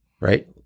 Right